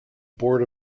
board